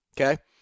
Okay